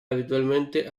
habitualmente